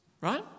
right